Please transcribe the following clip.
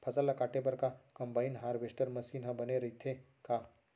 फसल ल काटे बर का कंबाइन हारवेस्टर मशीन ह बने रइथे का?